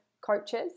coaches